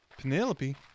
Penelope